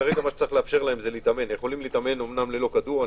כרגע יכולים להתאמן ללא כדור.